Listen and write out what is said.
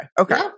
Okay